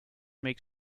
make